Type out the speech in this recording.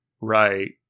right